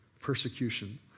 persecution